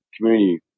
community